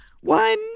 one